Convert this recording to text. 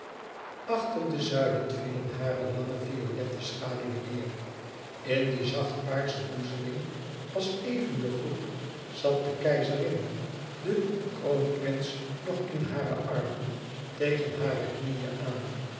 achter de zuilen vielen hunne lange violette schaduwen neêr in die zacht paarsche doezeling was even de groep zat de keizerin den kroonprins nog in hare armen tegen hare knieën aan